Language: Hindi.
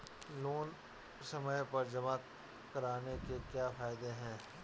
लोंन समय पर जमा कराने के क्या फायदे हैं?